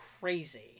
crazy